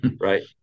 Right